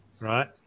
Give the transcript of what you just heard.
right